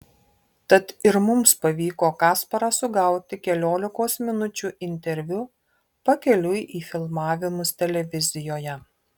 tad ir mums pavyko kasparą sugauti keliolikos minučių interviu pakeliui į filmavimus televizijoje